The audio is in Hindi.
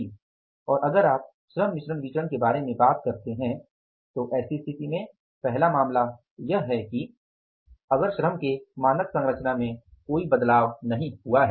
और अगर आप श्रम मिश्रण विचरण के बारे में बात करते हैं तो ऐसी स्थिती में पहला मामला यह है कि अगर श्रम के मानक संरचना में कोई बदलाव नहीं हुआ है